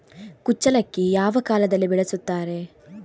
ಕುಚ್ಚಲಕ್ಕಿ ಯಾವ ಕಾಲದಲ್ಲಿ ಬೆಳೆಸುತ್ತಾರೆ?